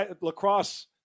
Lacrosse